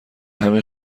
همین